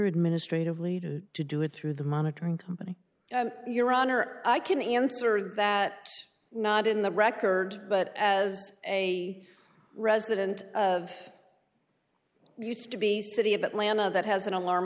administratively to do it through the monitoring company your honor i can answer that not in the record but as a resident of used to be city of atlanta that has an alarm